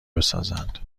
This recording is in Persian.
بسازند